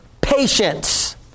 patience